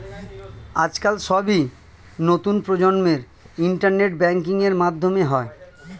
আজকাল সবই নতুন প্রজন্মের ইন্টারনেট ব্যাঙ্কিং এর মাধ্যমে হয়